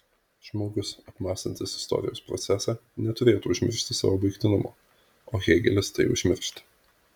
žmogus apmąstantis istorijos procesą neturėtų užmiršti savo baigtinumo o hėgelis tai užmiršta